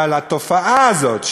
אבל התופעה הזאת,